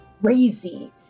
crazy